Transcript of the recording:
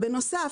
בנוסף,